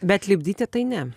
bet lipdyti tai ne